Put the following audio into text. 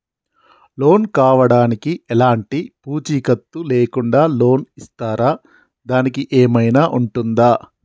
Loan కావడానికి ఎలాంటి పూచీకత్తు లేకుండా లోన్ ఇస్తారా దానికి ఏమైనా ఉంటుందా?